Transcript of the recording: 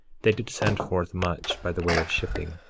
they did send forth much by the way of shipping.